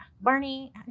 Barney